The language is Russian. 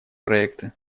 проекты